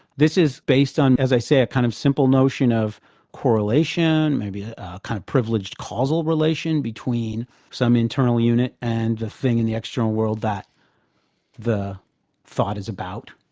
this is based on, as i say, a kind of simple notion of correlation, maybe a kind of privileged causal relation between some internal unit and the thing in the external world that the thought is about.